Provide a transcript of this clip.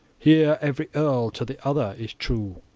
here every earl to the other is true,